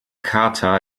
charta